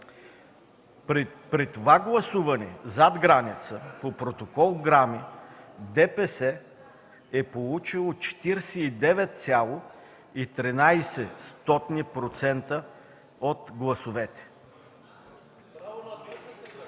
При това гласуване зад граница по протокол–ГРАМИ ДПС е получило 49,13% от гласовете.